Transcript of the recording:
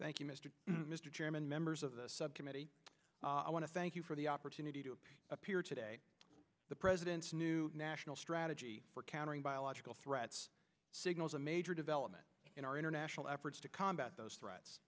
thank you mr mr chairman members of the subcommittee i want to thank you for the opportunity to appear today the president's new national strategy for countering biological threats signals a major development in our international efforts to combat those threats